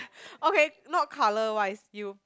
okay not colour wise you